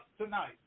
tonight